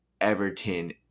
Everton